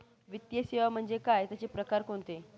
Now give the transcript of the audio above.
वित्तीय सेवा म्हणजे काय? त्यांचे प्रकार कोणते?